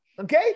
Okay